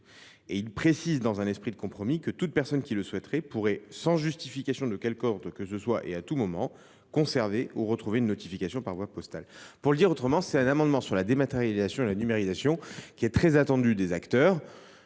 nous précisons, dans un esprit de compromis, que toute personne qui le souhaiterait pourrait, sans justification de quelque ordre que ce soit et à tout moment, conserver ou retrouver une notification par voie postale. Cet amendement sur la dématérialisation et la numérisation, très attendu par les acteurs